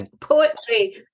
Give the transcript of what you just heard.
poetry